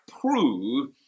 prove